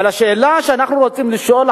אבל השאלה שאנחנו רוצים לשאול,